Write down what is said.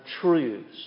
truths